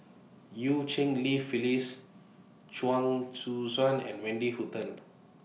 EU Cheng Li Phyllis Chuang Hui Tsuan and Wendy Hutton